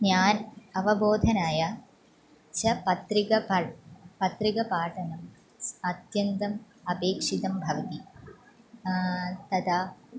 ज्ञान अवबोधनाय च पत्रिकापठनं पत्रिकापठनम् अत्यन्तम् अपेक्षितं भवति तदा